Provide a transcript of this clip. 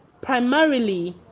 primarily